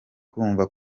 kumva